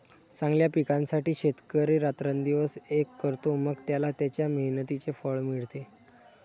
चांगल्या पिकासाठी शेतकरी रात्रंदिवस एक करतो, मग त्याला त्याच्या मेहनतीचे फळ मिळते